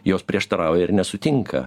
jos prieštarauja ir nesutinka